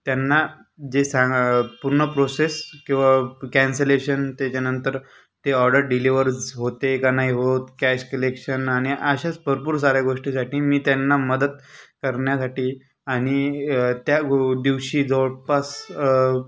त्यांना जे सांगा पूर्ण प्रोसेस किंवा कॅन्सलेशन त्याच्यानंतर ते ऑर्डर डिलीवर ज होते का नाही होत कॅश कलेक्शन आणि अशाच भरपूर साऱ्या गोष्टीसाठी मी त्यांना मदत करण्यासाठी आणि त्या दिवशी जवळपास